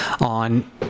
on